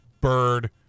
Bird